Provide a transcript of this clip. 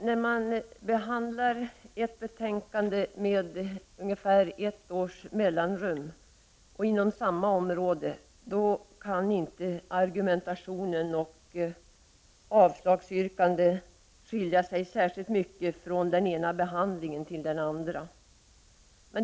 Herr talman! När ett betänkande behandlas med ungefär ett års mellanrum och det behandlade området är detsamma, då kan inte argumentation och avslagsyrkande skilja sig särskilt mycket från den ena behandlingsomgången till den andra.